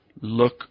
look